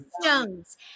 stones